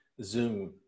Zoom